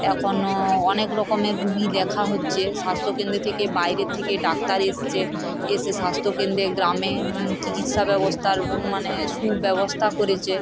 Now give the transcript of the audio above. এখনও অনেক রকমের রোগী দেখা হচ্ছে স্বাস্থ্য কেন্দ্রে থেকে বাইরের থেকে ডাক্তার এসেছে এসে স্বাস্থ্য কেন্দ্রে গ্রামে চিকিৎসা ব্যবস্থার মানে সুব্যবস্থা করেছে